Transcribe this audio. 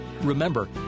Remember